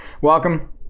welcome